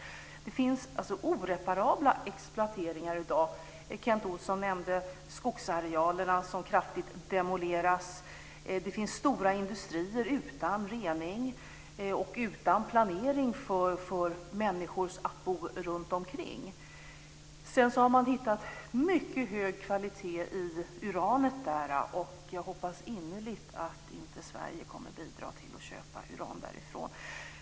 Exploateringen har skett på ett irreparabelt sätt. Kent Olsson nämnde skogsarealerna som har kraftigt demolerats. Det finns stora industrier utan rening och utan planering för de människor som bor runtomkring. Man har funnit att det är mycket hög kvalitet i det uran som finns där. Jag hoppas innerligt att Sverige inte kommer att bidra till att köpa uran därifrån.